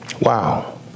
Wow